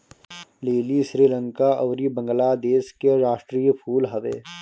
लीली श्रीलंका अउरी बंगलादेश के राष्ट्रीय फूल हवे